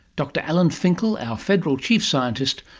dr alan finkel, our federal chief scientist,